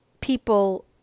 people